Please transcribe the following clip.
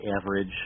average